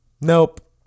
nope